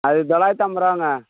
அது தொள்ளாயிரத்தி ஐம்பதுரூவாங்க